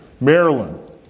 Maryland